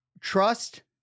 trust